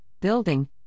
Building